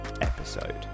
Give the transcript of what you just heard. episode